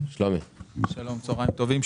צוהריים טובים.